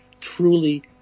Truly